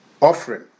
Offering